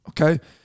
Okay